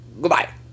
Goodbye